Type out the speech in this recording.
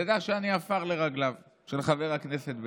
תדע שאני עפר לרגליו של חבר הכנסת בגין.